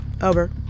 Over